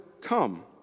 come